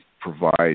provide